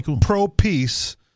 pro-peace